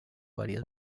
varias